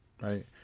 right